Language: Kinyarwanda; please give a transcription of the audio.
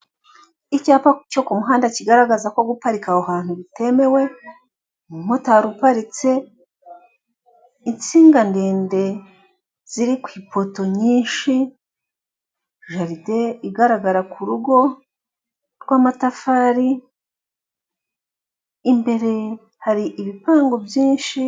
Icyapa cyo ku muhanda kigaragaza ko guparika aho hantu bitemewe, umumotari uparitse, insinga ndende ziri ku ipoto nyinshi, jaride igaragara ku rugo rw'amatafari imbere hari ibipango byinshi.